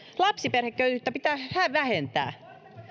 lapsiperheköyhyyttä pitää vähentää